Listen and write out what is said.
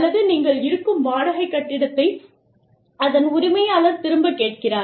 அல்லது நீங்கள் இருக்கும் வாடகை கட்டிடத்தை அதன் உரிமையாளர் திரும்பக் கேட்கிறார்